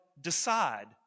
decide